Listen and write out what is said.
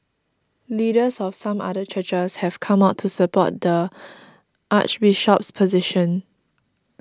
leaders of some other churches have come out to support the Archbishop's position